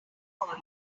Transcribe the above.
point